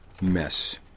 mess